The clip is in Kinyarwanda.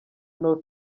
north